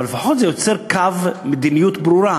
אבל החוק הזה לפחות יוצר מדיניות ברורה: